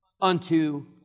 unto